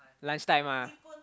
lunchtime ah